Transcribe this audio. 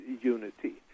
unity